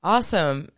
Awesome